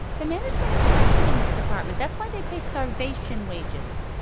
the management expects it in this department. that's why they pay starvation wages.